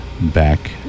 back